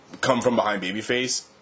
come-from-behind-babyface